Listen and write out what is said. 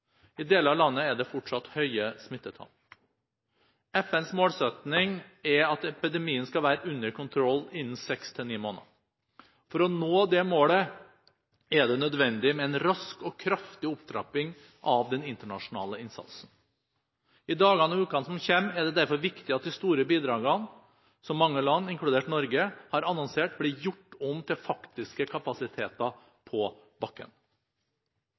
I deler av landet er det fortsatt høye smittetall. FNs målsetting er at epidemien skal være under kontroll innen seks–ni måneder. For å nå det målet er det nødvendig med en rask og kraftig opptrapping av den internasjonale innsatsen. I dagene og ukene som kommer, er det derfor viktig at de store bidragene som mange land – inkludert Norge – har annonsert, blir gjort om til faktiske kapasiteter på bakken.